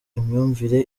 imyumvire